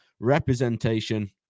representation